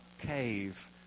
cave